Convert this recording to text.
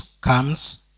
comes